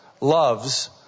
loves